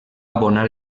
abonar